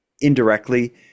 indirectly